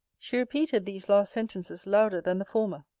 she repeated these last sentences louder than the former.